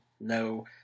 No